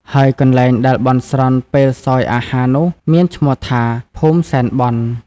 ហើយកន្លែងដែលបន់ស្រន់ពេលសោយអាហារ នោះ មានឈ្មោះថា ភូមិសែនបន់។